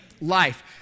life